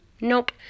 nope